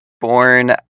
born